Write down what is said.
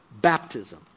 baptism